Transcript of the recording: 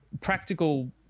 practical